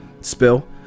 spill